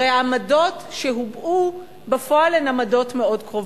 הרי העמדות שהובעו בפועל הן עמדות מאוד קרובות.